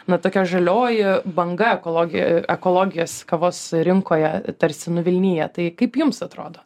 nu tokio žalioji banga ekologi ekologijos kavos rinkoje tarsi nuvilnija tai kaip jums atrodo